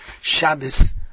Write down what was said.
Shabbos